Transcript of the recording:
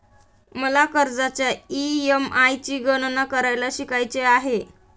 मला कर्जाच्या ई.एम.आय ची गणना करायला शिकायचे आहे